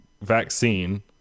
vaccine